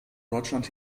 deutschland